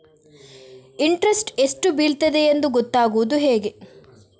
Interest ಎಷ್ಟು ಬೀಳ್ತದೆಯೆಂದು ಗೊತ್ತಾಗೂದು ಹೇಗೆ?